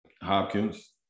Hopkins